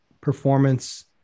performance